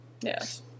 Yes